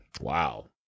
Wow